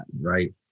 right